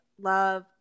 love